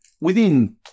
within-